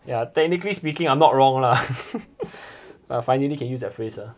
ya technically speaking I'm not wrong lah uh finally can use that phrase ah